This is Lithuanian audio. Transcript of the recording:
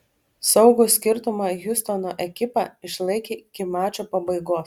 saugų skirtumą hjustono ekipa išlaikė iki mačo pabaigos